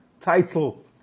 title